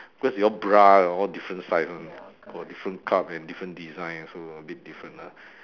because you all bra all different size [one] got different cup and different design so a bit different lah